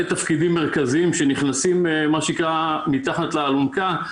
תפקידים מרכזיים שנכנסים מתחת לאלונקה,